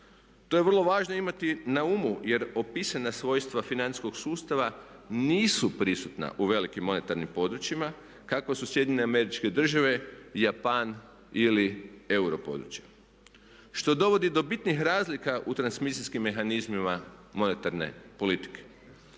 To je vrlo važno imati na umu jer opisana svojstva financijskog sustava nisu prisutna u velikim monetarnim područjima kakve su SAD, Japan ili euro područja. Što dovodi do bitnih razlika u transmisijskim mehanizmima monetarne politike.